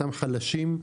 אותם חלשים,